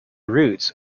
route